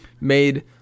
Made